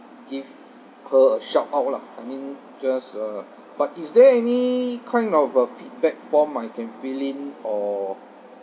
give her a shout out lah I mean just uh but is there any kind of a feedback form I can fill in or